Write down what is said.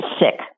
sick